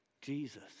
Jesus